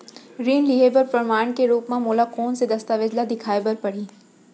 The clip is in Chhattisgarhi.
ऋण लिहे बर प्रमाण के रूप मा मोला कोन से दस्तावेज ला देखाय बर परही?